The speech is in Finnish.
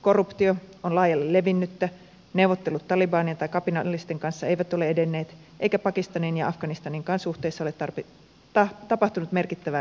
korruptio on laajalle levinnyttä neuvottelut talibanien tai kapinallisten kanssa eivät ole edenneet eikä pakistanin ja afganistaninkaan suhteissa ole tapahtunut merkittävää lämpenemistä